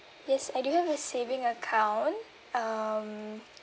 yes I do have a saving account um